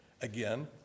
Again